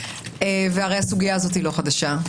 והרי הסוגיה הזאת היא לא חדשה,